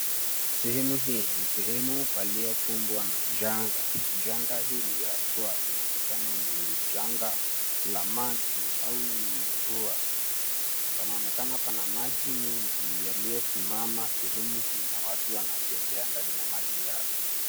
Sehemu hii ni sehemu paliokumbwa na janga. Janga hili haswa linaonekana ni janga la maji au mvua. Panaonekana pana maji mengi yaliyosimama sehemu hii na watu wanatembea ndani ya maji yale.